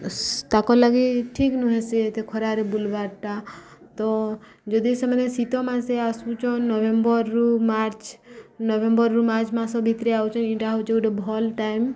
ତାଙ୍କ ଲାଗି ଠିକ୍ ନୁହେଁ ସେ ଏତେ ଖରାରେ ବୁଲବାର୍ଟା ତ ଯଦି ସେମାନେ ଶୀତ ମାସେ ଆସୁଚନ୍ ନଭେମ୍ବର୍ରୁୁ ମାର୍ଚ୍ଚ ନଭେମ୍ବର୍ରୁୁ ମାର୍ଚ୍ଚ ମାସ ଭିତରେ ଆଉଛନ୍ ଇଟା ହେଉଛି ଗୋଟେ ଭଲ୍ ଟାଇମ୍